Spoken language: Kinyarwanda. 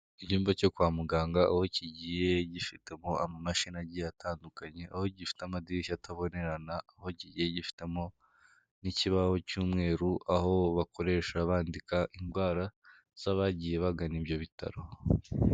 Icyumba cyo kwa muganga, aho kigiye gifitemo amamashini agiye atandukanye, aho gifite amadirishya atabonerana, aho kigiye gifitemo n'ikibaho cy'umweru, aho bakoresha bandika indwara z'abagiye bagana ibyo bitaro.